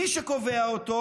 מי שקובע אותו